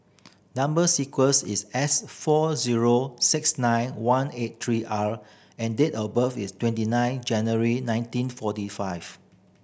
number sequence is S four zero six nine one eight three R and date of birth is twenty nine January nineteen forty five